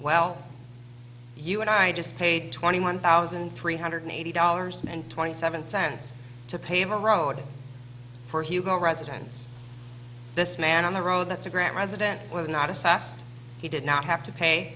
well you and i just paid twenty one thousand three hundred eighty dollars and twenty seven cents to pave the road for hugo residents this man on the road that's a grant resident was not a sassed he did not have to pay